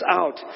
out